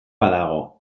badago